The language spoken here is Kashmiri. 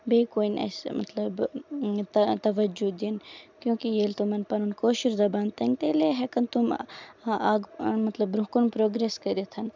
بیٚیہِ کُنۍ مطلب اَسہِ توَجوٗ دیُن کیوں کہِ ییٚلہِ تِمن پَنُن کٲشِر زَبان تیٚلہِ ہٮ۪کن تِم مطلب برۄنہہ کُن پروگریس کٔرِتھ ہن